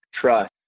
trust